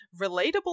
relatable